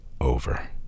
over